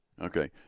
Okay